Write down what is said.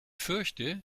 fürchte